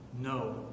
No